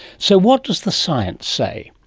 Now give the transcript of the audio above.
so, what does the science say?